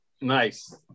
Nice